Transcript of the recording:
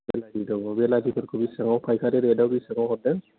बिलाहि दङ बिलाहिफोरखौ बेसेबाङाव पाइकारि रेटआव बेसेबाङाव हरदों